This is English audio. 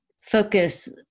focus